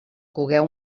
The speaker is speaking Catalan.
cogueu